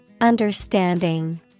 Understanding